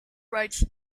writes